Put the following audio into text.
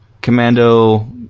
Commando